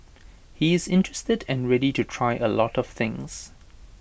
he is interested and ready to try A lot of things